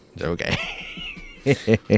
okay